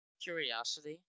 curiosity